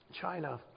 China